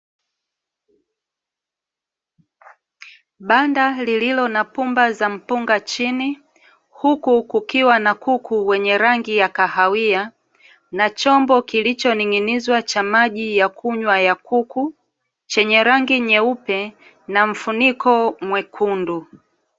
Banda lililo na pumba za mpunga chini, huku kukiwa na kuku wenye rangi ya kahawia na chombo kilicho ning'inizwa cha maji yakunywa ya kuku chenye rangi nyeupe na mfuniko mwekundu.